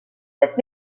cette